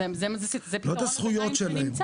אז זה פתרון הביניים שנמצא.